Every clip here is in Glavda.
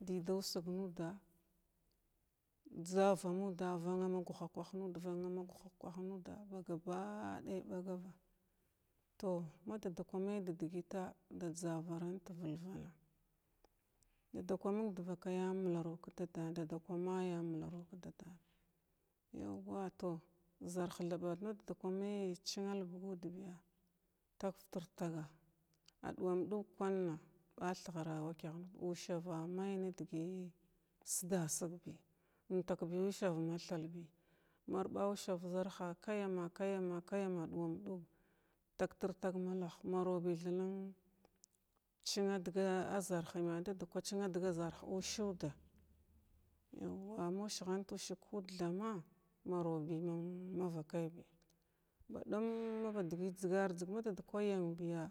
Jzavnuda vanna ma guha kwah nuda vanna ma guha kawh nuda ba gabaɗay ɓagar tow ma dadakwa may da dəgəta da jzavaranta dada kwa məng dvakayya mularu ka dadan dadakwa mayya mularu ka dadan yaw wa tow zarha thaɓa madada kwa mayya china albagaudbiya tag vtir tagala aɗumam ɗug kwanna athgharawachagha usava may nadəgəy sdasig bi untak bi nusar ma thalbi mar ɓa ussav zarha kayyama kayyama kayyama ɗuma ɗug tagtir tag malah maru bi tha nan china daga azarhma madadkwa china daga zarh usudda inwa ma wushanusəg kuda thama maru bi nən ma vakaybi badum maba dagəy gzgarjzəg madada kwa yənbiya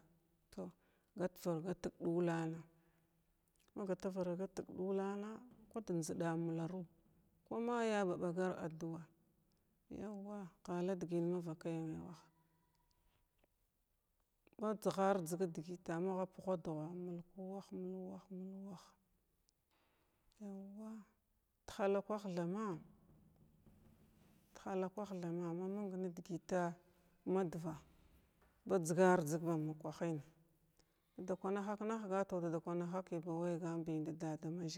tow gatvaru gatg ɗulana magatragativ ɗulana kwad njzda malaru kwa mayya ba ɓagar aduwa yaw wa ghala ɗəgəy mavakay wah majzgar jzg nadəgəta magha puha dugha mulku wah mulu wah mulu wah yaw wa tahalakwah thama tahalakwah thama ma məng na dəgəta nadva batsgar jzəg makwa hən dada kwa naghak nahga tow dada kwa nahəya.